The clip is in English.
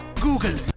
Google